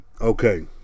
Okay